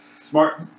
Smart